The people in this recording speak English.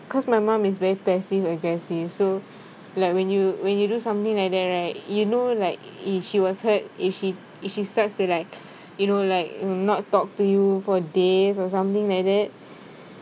cause my mum is very passive aggressive so like when you when you do something like that right you know like if she was hurt if she if she starts to like you know like not talk to you for days or something like that